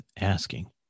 asking